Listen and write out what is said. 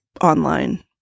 online